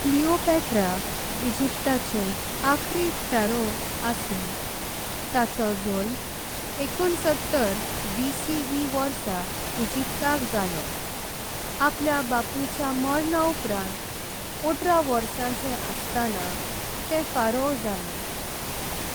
क्लियोपात्रा इजिप्ताचें अखरी फराओ असलें। ताचो जुल्म एकोणसत्तर बीसीई वर्षा इजिप्ताक जालो। आपल्या बापूचें मोरणा उपरांत ओत्रा वर्षांचें अस्ताना ते। फराओ जालें